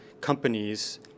companies